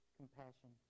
compassion